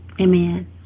Amen